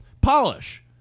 polish